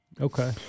Okay